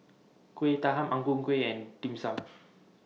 Kuih Talam Ang Ku Kueh and Dim Sum